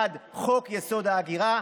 בעד ניר ברקת,